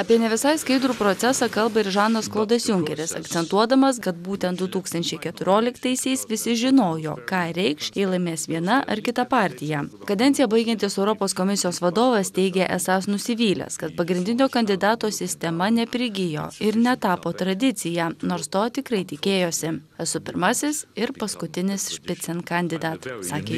apie ne visai skaidrų procesą kalba ir žanas klodas junkeris akcentuodamas kad būtent du tūkstančiai keturioliktaisiais visi žinojo ką reikš jei laimės viena ar kita partija kadenciją baigiantis europos komisijos vadovas teigė esąs nusivylęs kad pagrindinio kandidato sistema neprigijo ir netapo tradicija nors to tikrai tikėjosi esu pirmasis ir paskutinis špicen kandidat sakė